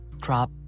drop